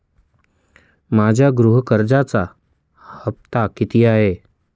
माझ्या गृह कर्जाचा हफ्ता किती आहे?